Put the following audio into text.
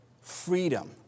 freedom